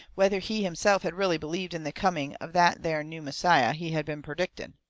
whether he himself had really believed in the coming of that there new messiah he had been perdicting,